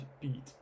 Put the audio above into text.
beat